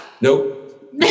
Nope